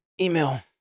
email